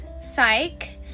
psych